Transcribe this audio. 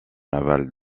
aval